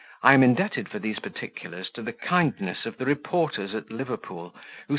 i am indebted for these particulars to the kindness of the reporters at liverpool,